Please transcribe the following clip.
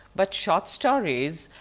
but short stories,